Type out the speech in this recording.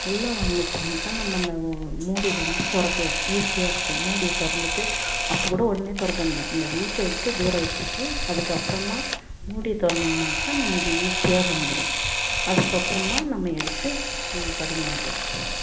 உள் வாங்கிச்சுனாக்கா நம்ம அந்த மூடி வந்து திறக்கலாம் ஈஸியாருக்கும் மூடியை திறந்துட்டு அப்போக்கூட உடனே திறக்க வேண்டாம் அந்த வெயிட்டை எடுத்து தூரம் வெச்சுட்டு அதுக்கு அப்புறமா மூடியை திறந்திங்கனாக்கா நமக்கு ஈஸியாக வந்துடும் அதுக்கப்புறமா நம்ம எடுத்து நம்ம பரிமாறலாம்